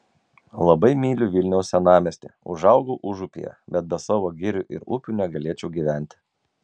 labai myliu vilniaus senamiestį užaugau užupyje bet be savo girių ir upių negalėčiau gyventi